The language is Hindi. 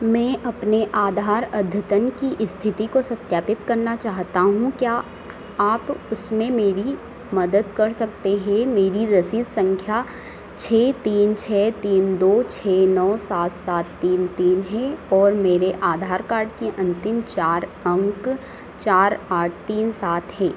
मैं अपने आधार अद्यतन की इस्थिति को सत्यापित करना चाहता हूँ क्या आप उसमें मेरी मदद कर सकते हैं मेरी रसीद सँख्या छह तीन छह तीन दो छह नौ सात सात तीन तीन है और मेरे आधार कार्ड के अन्तिम चार अंक चार आठ तीन सात हैं